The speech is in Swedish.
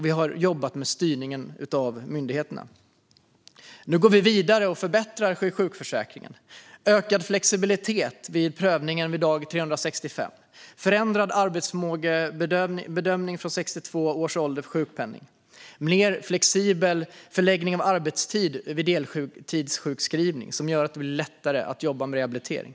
Vi har också jobbat med styrningen av myndigheterna. Nu går vi vidare och förbättrar sjukförsäkringen med ökad flexibilitet vid prövning vid dag 365, förändrad arbetsförmågebedömning från 62 års ålder för sjukpenning och mer flexibel förläggning av arbetstid vid deltidssjukskrivning, vilket gör det lättare att jobba med rehabilitering.